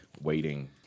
waiting